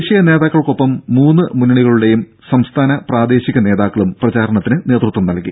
ദേശീയ നേതാക്കൾക്കൊപ്പം മുന്ന് മുന്നണികളുടെയും സംസ്ഥാന പ്രാദേശിക നേതാക്കളും പ്രചാരണത്തിന് നേതൃത്വം നൽകി